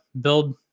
build